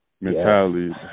mentality